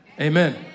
amen